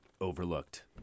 overlooked